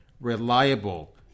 reliable